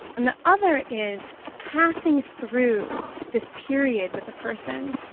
and the other is passing through this period with a person,